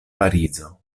parizo